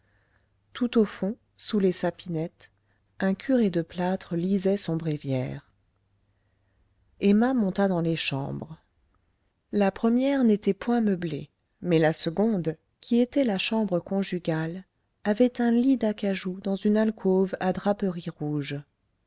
tout au fond sous les sapinettes un curé de plâtre lisait son bréviaire emma monta dans les chambres la première n'était point meublée mais la seconde qui était la chambre conjugale avait un lit d'acajou dans une alcôve à draperie rouge